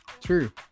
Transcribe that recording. true